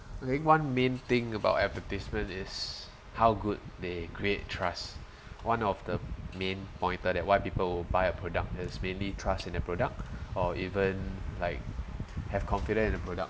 okay one main thing about advertisement is how good they create trust one of the main point but that why people buy a product is mainly trust in their product or even like have confident in the product